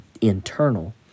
internal